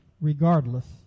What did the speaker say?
regardless